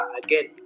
again